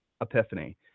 epiphany